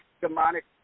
demonic